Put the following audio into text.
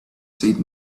said